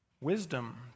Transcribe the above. wisdom